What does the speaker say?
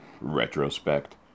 retrospect